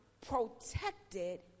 protected